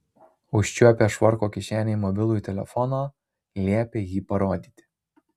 užčiuopę švarko kišenėje mobilųjį telefoną liepė jį parodyti